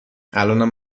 الانم